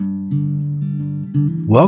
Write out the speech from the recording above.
Welcome